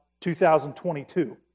2022